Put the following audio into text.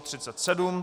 37.